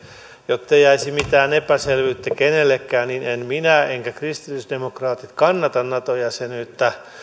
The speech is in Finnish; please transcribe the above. jottei jäisi mitään epäselvyyttä kenellekään en minä eikä kristillisdemokraatit kannata nato jäsenyyttä